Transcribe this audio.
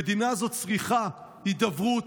המדינה הזאת צריכה הידברות,